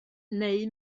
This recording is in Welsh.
neu